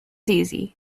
easy